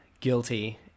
guilty